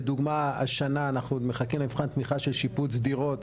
לדוגמה השנה אנחנו עוד מחכים למבחן התמיכה של שיפוץ דירות,